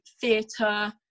theatre